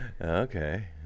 Okay